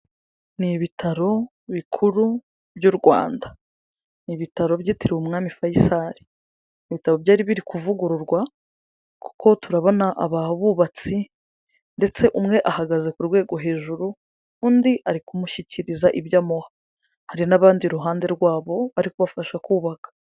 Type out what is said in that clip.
Ni ibitaro bikuru by'u Rwanda, ibitaro byitiriwe umwami Faisal, ibitaro byari biri kuvugururwa kuko turabona aba bubatsi ndetse umwe ahagaze ku rwego hejuru, undi ari kumushyikiriza ibyo amuha, hari n'abandi iruhande rwabo bari kubafasha kubaka.